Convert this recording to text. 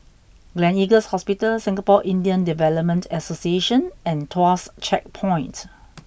Gleneagles Hospital Singapore Indian Development Association and Tuas Checkpoint